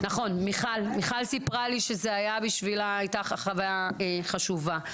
מיכל סיפרה לי שזה היה בשבילה הייתה חוויה חשובה,